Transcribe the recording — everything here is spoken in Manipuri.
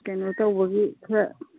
ꯀꯩꯅꯣ ꯇꯧꯕꯒꯤ ꯈꯔ